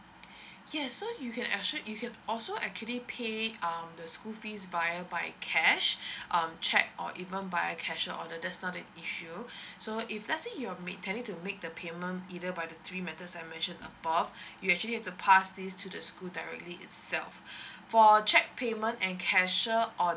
yes so you can actually you can also actually pay um the school fees via by cash um cheque or even by cashier order that's not the issue so if let's say you're make intending to make the payment either by the three methods I mentioned above you actually have to pass this to the school directly itself for cheque payment and cashier order